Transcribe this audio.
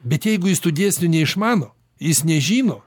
bet jeigu jis tų dėsnių neišmano jis nežino